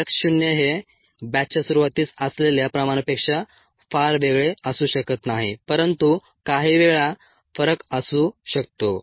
x शून्य हे बॅचच्या सुरूवातीस असलेल्या प्रमाणापेक्षा फार वेगळे असू शकत नाही परंतु काहीवेळा फरक असू शकतो